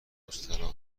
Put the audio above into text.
مستراح